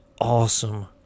awesome